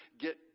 get